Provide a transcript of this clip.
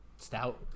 Stout